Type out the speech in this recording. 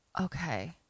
okay